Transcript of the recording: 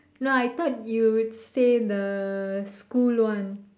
no I thought you would say the school one